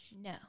no